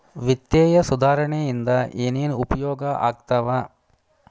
ವಿತ್ತೇಯ ಸುಧಾರಣೆ ಇಂದ ಏನೇನ್ ಉಪಯೋಗ ಆಗ್ತಾವ